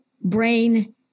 brain